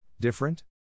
Different